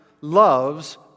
loves